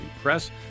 Press